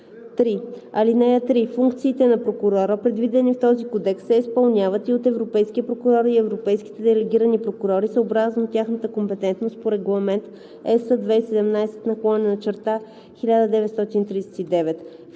3: „(3) Функциите на прокурора, предвидени в този кодекс, се изпълняват и от европейския прокурор и европейските делегирани прокурори съобразно тяхната компетентност по Регламент (ЕС) 2017/1939.“